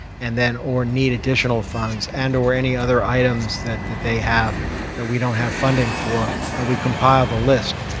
and or need additional funds, and or any other items that that they have that we don't have funding for. and we compile the list.